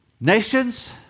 nations